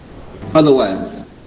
otherwise